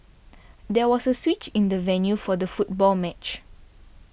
there was a switch in the venue for the football match